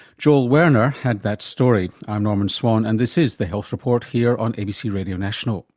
joel werner had that story. i'm norman swan and this is the health report here on abc radio national